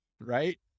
Right